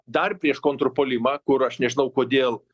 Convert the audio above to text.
dar prieš kontrpuolimą kur aš nežinau kodėl